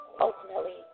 Ultimately